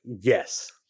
yes